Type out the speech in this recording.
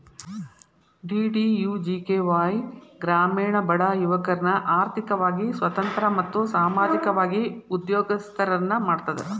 DDUGKY ಗ್ರಾಮೇಣ ಬಡ ಯುವಕರ್ನ ಆರ್ಥಿಕವಾಗಿ ಸ್ವತಂತ್ರ ಮತ್ತು ಸಾಮಾಜಿಕವಾಗಿ ಉದ್ಯೋಗಸ್ತರನ್ನ ಮಾಡ್ತದ